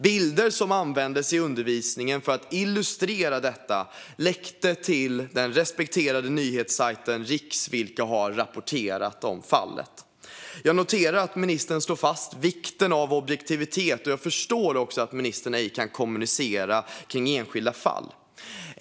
Bilder som användes i undervisningen för att illustrera detta läckte till den respekterade nyhetssajten Riks, som har rapporterat om fallet. Jag noterar att ministern slår fast vikten av objektivitet, och jag förstår också att ministern ej kan kommunicera om enskilda fall.